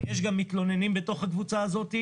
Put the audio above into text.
יש גם מתלוננים בתוך הקבוצה הזאת,